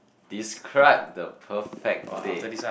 describe the perfect date